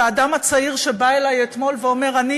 באדם הצעיר שבא אלי אתמול ואומר: אני